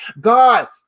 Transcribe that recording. God